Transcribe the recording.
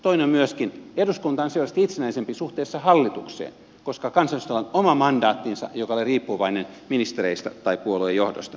toinen on se että myöskin eduskunta on selvästi itsenäisempi suhteessa hallitukseen koska kansanedustajilla on oma mandaattinsa joka ei ole riippuvainen ministereistä tai puolueen johdosta